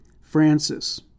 Francis